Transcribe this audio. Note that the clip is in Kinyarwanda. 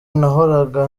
nahoraga